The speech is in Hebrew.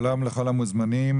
שלום לכל המוזמנים,